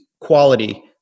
quality